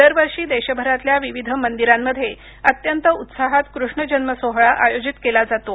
दरवर्षी देशभरातल्या विविध मंदिरांमध्ये अत्यंत उत्साहात कृष्ण जन्म सोहळा आयोजित केला जातो